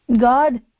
God